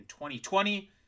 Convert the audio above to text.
2020